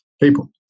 people